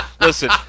Listen